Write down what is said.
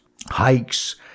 hikes